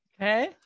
Okay